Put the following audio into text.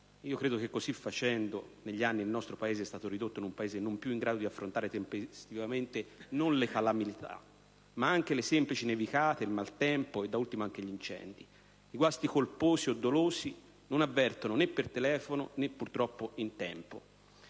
Credo che così facendo, negli anni l'Italia sia stata ridotta a un Paese non in più grado di affrontare tempestivamente non solo le calamità, ma anche le semplici nevicate, il maltempo e da ultimo anche gli incendi. I guasti colposi o dolosi non avvertono né per telefono né, purtroppo, in tempo.